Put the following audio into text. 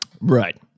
Right